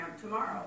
tomorrow